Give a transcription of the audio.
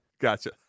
Gotcha